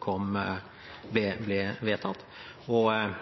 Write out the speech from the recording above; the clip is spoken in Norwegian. ble vedtatt.